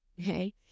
okay